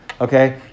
Okay